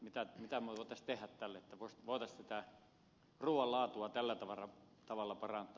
mitä me voisimme tehdä tälle että voitaisiin ruuan laatua tällä tavalla parantaa